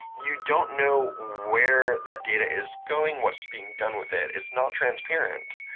you don't know where that data is going, what's being done with it? it's not transparent.